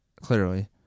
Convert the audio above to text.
clearly